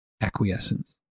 Acquiescence